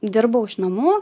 dirbau iš namų